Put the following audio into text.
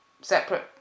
separate